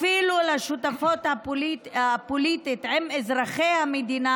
אפילו לשותפות הפוליטית עם אזרחי המדינה